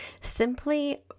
Simply